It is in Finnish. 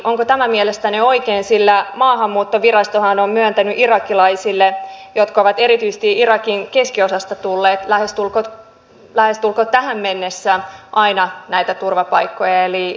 onko tämä mielestänne oikein sillä maahanmuuttovirastohan on myöntänyt irakilaisille jotka ovat erityisesti irakin keskiosasta tulleet tähän mennessä lähestulkoon aina näitä turvapaikkoja